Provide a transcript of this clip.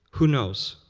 who knows?